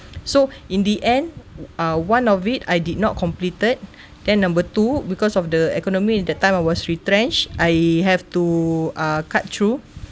so in the end uh one of it I did not completed then number two because of the economy in that time I was retrenched I have to uh cut through